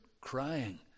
crying